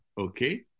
Okay